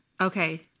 Okay